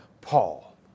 Paul